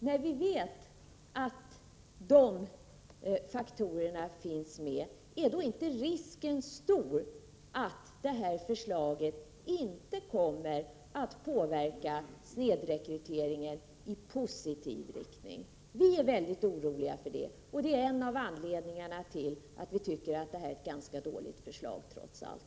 När vi vet att det förhåller sig så kan man fråga sig om inte risken är stor att ett genomförande av förslaget inte kommer att påverka snedrekryteringen i positiv riktning. Vi är mycket oroliga på den punkten, och detta är en av anledningarna till att vi trots allt tycker att förslaget är ganska dåligt.